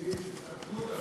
תטפלו.